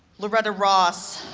loretta ross,